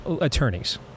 attorneys